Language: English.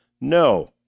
no